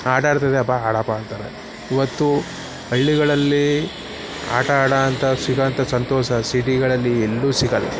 ಹಾಡಾಡ್ತಿದ್ದೀಯಪ್ಪಾ ಹಾಡಪ್ಪಾ ಅಂತಾರೆ ಈವತ್ತು ಹಳ್ಳಿಗಳಲ್ಲಿ ಆಟ ಆಡುವಂಥ ಸಿಗುವಂಥ ಸಂತೋಷ ಸಿಟಿಗಳಲ್ಲಿ ಎಲ್ಲಿಯೂ ಸಿಗೋಲ್ಲ